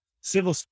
civil